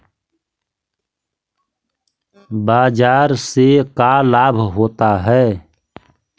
बाजार से का लाभ होता है?